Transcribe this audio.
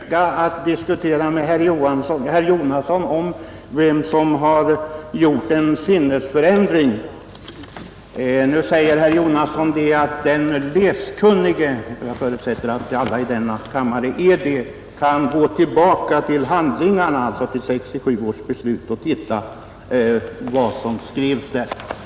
Herr talman! Det båtar ju föga att diskutera med herr Jonasson om vem som har undergått en sinnesförändring. Nu säger herr Jonasson att den läskunnige — jag förutsätter att alla i denna kammare är det — kan gå tillbaka till handlingarna, alltså till 1967 års beslut, och se vad som skrevs då.